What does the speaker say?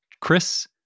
Chris